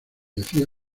decía